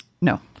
No